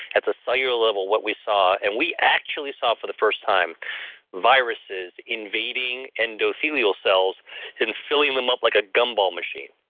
at the cellular level, what we saw, and we actually saw for the first time viruses invading endothelial cells and filling them up like a gumball machine.